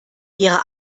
ihrer